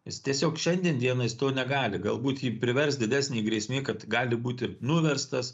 jis tiesiog šiandien dienai jis to negali galbūt ji privers didesnė grėsmė kad gali būti nuverstas